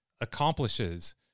accomplishes